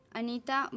Anita